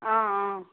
অঁ অঁ